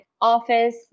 office